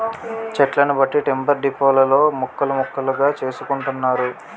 చెట్లను బట్టి టింబర్ డిపోలలో ముక్కలు ముక్కలుగా చేసుకుంటున్నారు